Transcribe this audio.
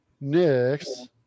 Next